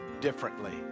differently